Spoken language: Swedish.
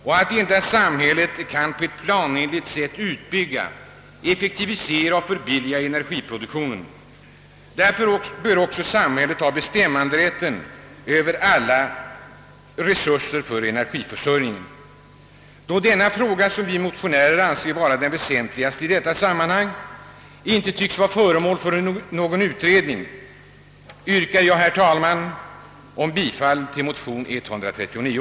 Endast samhället kan på ett planenligt sätt utbygga, effektivisera och förbilliga energiproduktionen. Därför bör också samhället ha bestämmanderätten över alla resurser för energiförsörjningen. Då denna fråga, som vi motionärer anser vara den väsentligaste i detta sammanhang, inte tycks vara föremål för någon utredning, yrkar jag, herr talman, bifall till motion nr 139.